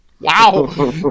Wow